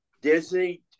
Disney